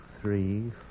three